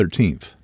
13th